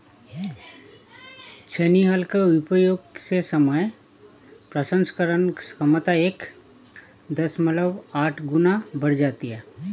छेनी हल के उपयोग से समय प्रसंस्करण क्षमता एक दशमलव आठ गुना बढ़ जाती है